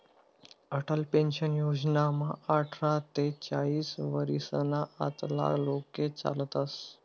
Atal pension योजनामा आठरा ते चाईस वरीसना आतला लोके चालतस